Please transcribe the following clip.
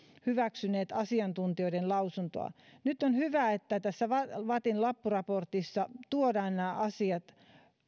hyväksyneet asiantuntijoiden lausuntoa nyt on hyvä että tässä vattin loppuraportissa tuodaan nämä asiat